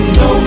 no